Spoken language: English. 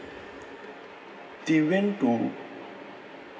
they went to